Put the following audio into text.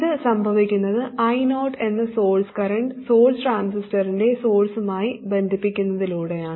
ഇത് സംഭവിക്കുന്നത് I0 എന്ന സോഴ്സ് കറന്റ് സോഴ്സ് ട്രാൻസിസ്റ്ററിന്റെ സോഴ്സുമായി ബന്ധിപ്പിക്കുന്നതിലൂടെയാണ്